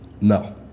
No